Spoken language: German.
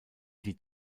die